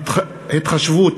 (התחשבנות